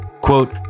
quote